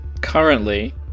currently